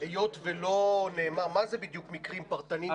--- אבל היות ולא נאמר מה זה בדיוק מקרים פרטניים,